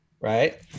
right